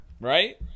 Right